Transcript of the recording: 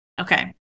Okay